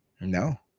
No